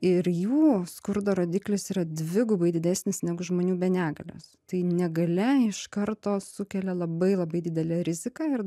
ir jų skurdo rodiklis yra dvigubai didesnis negu žmonių be negalios tai negalia iš karto sukelia labai labai didelę riziką ir